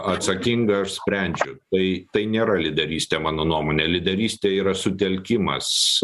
atsakinga aš sprendžiu tai tai nėra lyderystė mano nuomone lyderystė yra sutelkimas